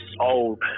old